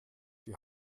die